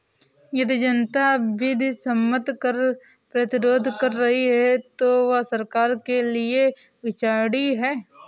यदि जनता विधि सम्मत कर प्रतिरोध कर रही है तो वह सरकार के लिये विचारणीय है